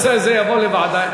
הנושא הזה יבוא לוועדה,